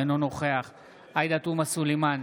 אינו נוכח עאידה תומא סלימאן,